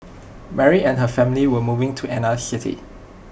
Mary and her family were moving to another city